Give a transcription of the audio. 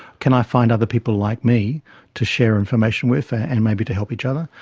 can i find other people like me to share information with and maybe to help each other?